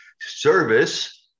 service